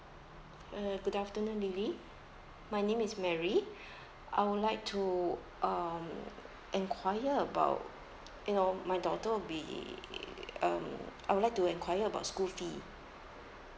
uh good afternoon lily my name is mary I would like to um enquire about you know my daughter will be um I would like to enquire about school fee